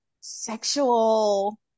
sexual